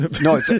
no